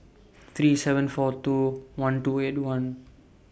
three seven four two one two eight one